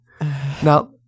Now